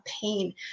pain